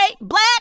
black